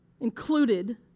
included